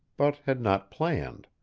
but had not planned.